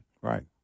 Right